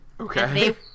Okay